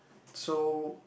so